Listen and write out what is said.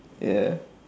ya